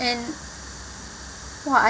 and !wah! I